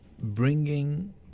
bringing